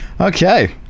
Okay